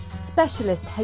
specialist